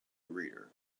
reader